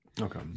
Okay